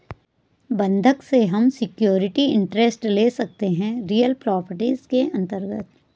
बंधक से हम सिक्योरिटी इंटरेस्ट ले सकते है रियल प्रॉपर्टीज के अंतर्गत